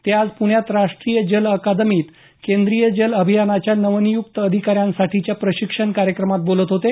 ते आज पुण्यात राष्ट्रीय जल अकादमीत केंद्रीय जल अभियानाच्या नवनियुक्त अधिकाऱ्यांसाठीच्या प्रशिक्षण कार्यक्रमात बोलत होते